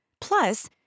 Plus